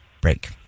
break